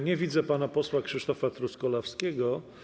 Nie widzę pana posła Krzysztofa Truskolaskiego.